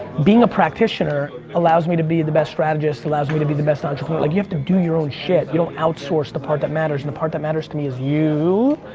being a practitioner allows me to be the best strategist, allows me to be the best entrepreneur like you have to do your own shit, you don't outsource the part that matters. and the part that matters to me is you.